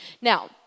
Now